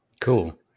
Cool